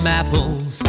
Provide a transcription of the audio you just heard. apples